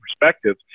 perspective